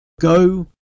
Go